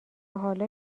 حالا